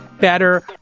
better